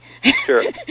Sure